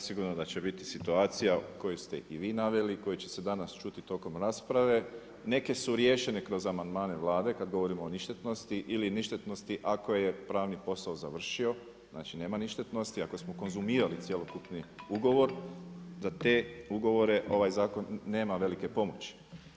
Kolega Pernar, zasigurno da će biti situacija koju ste i vi naveli, koja će se danas ćuti tokom rasprave, neke su riješene kroz amandmane Vlade, kada govorimo o ništetnosti ili ništetnosti ako je pravni posao završio, znači nema ništetnosti, ako smo konzumirali cjelokupni ugovor, za te ugovore ovaj zakon nema velike pomoći.